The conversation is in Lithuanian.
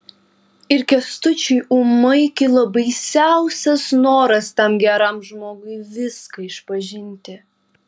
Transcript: ir kęstučiui ūmai kilo baisiausias noras tam geram žmogui viską išpažinti